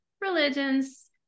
religions